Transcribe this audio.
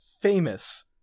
famous